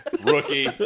Rookie